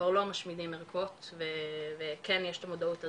כבר לא משמידים ערכות וכן יש את המודעות הזאת,